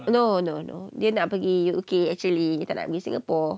no no no dia nak pergi U_K actually tak nak pergi singapore